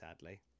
sadly